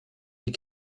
die